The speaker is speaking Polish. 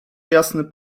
jasny